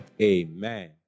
amen